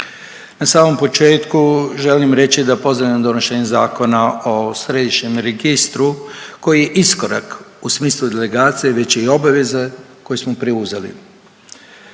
Na samom početku želim reći da pozdravljam donošenje Zakona o središnjem registru koji je iskorak u smislu delegacije već i obaveze koje smo preuzeli.